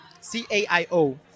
C-A-I-O